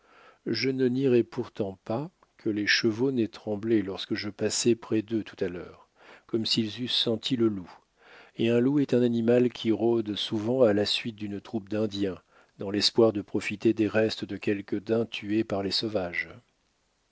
je ne nierai pourtant pas que les chevaux n'aient tremblé lorsque je passais près d'eux tout à l'heure comme s'ils eussent senti le loup et un loup est un animal qui rôde souvent à la suite d'une troupe d'indiens dans l'espoir de profiter des restes de quelque daim tué par les sauvages